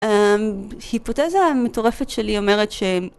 היפותזה המטורפת שלי אומרת ש...